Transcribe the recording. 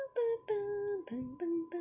(pbo)